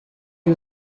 you